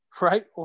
right